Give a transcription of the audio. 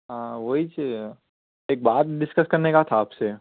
ہاں وہیچ ایک بات ڈسکس کرنے کا تھا آپ سے